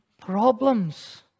problems